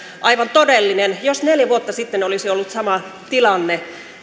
aivan todellinen jos neljä vuotta sitten olisi ollut sama tilanne